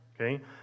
okay